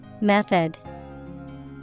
Method